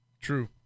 True